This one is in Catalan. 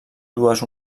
dues